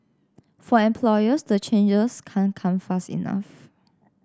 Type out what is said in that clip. for employers the changes can't come fast enough